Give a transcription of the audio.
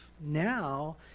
Now